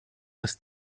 ist